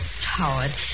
Howard